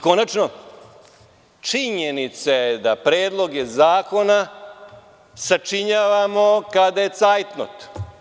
Konačno, činjenica je da predloge zakona sačinjavamo kada je cajtnot.